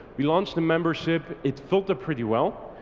we launched the membership, it filter pretty well,